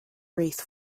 wreath